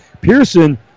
Pearson